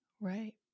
Right